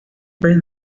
pez